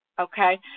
okay